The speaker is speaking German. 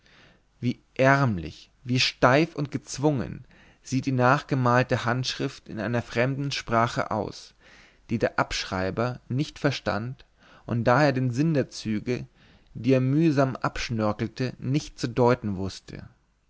wie ärmlich wie steif und gezwungen sieht die nachgemalte handschrift in einer fremden sprache aus die der abschreiber nicht verstand und daher den sinn der züge die er mühsam abschnörkelte nicht zu deuten wußte